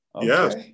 Yes